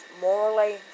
morally